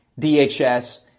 DHS